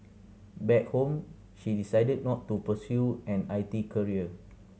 back home she decided not to pursue an I T career